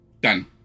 Done